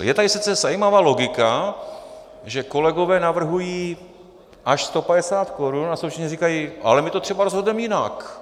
Je tady sice zajímavá logika, že kolegové navrhují až 150 korun a současně říkají: ale my to třeba rozhodneme jinak.